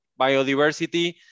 biodiversity